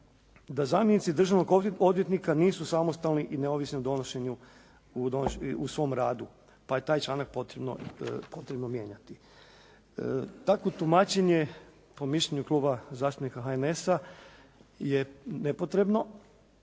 da zamjenici državnog odvjetnika nisu samostalni i neovisni u svom radu pa je taj članak potrebno mijenjati. Takvo tumačenje, po mišljenju Kluba zastupnika HNS-a, je nepotrebno